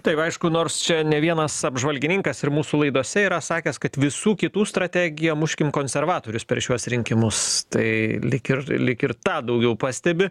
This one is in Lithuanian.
taip aišku nors čia ne vienas apžvalgininkas ir mūsų laidose yra sakęs kad visų kitų strategija muškim konservatorius per šiuos rinkimus tai lyg ir lyg ir tą daugiau pastebi